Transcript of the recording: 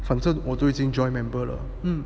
反正我最近 join member